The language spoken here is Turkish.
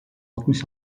altmış